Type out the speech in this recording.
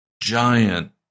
giant